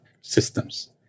systems